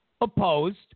opposed